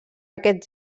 aquest